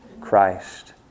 Christ